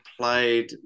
played